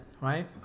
right